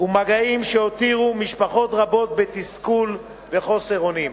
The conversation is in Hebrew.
ומגעים שהותירו משפחות רבות בתסכול וחוסר אונים.